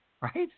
right